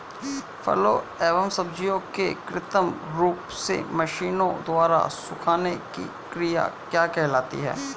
फलों एवं सब्जियों के कृत्रिम रूप से मशीनों द्वारा सुखाने की क्रिया क्या कहलाती है?